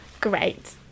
great